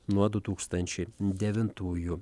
nuo du tūkstančiai devintųjų